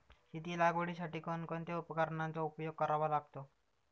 शेती लागवडीसाठी कोणकोणत्या उपकरणांचा उपयोग करावा लागतो?